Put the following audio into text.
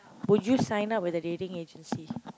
would you sign up with a dating agency